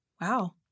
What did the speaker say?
wow